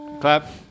Clap